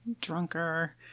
drunker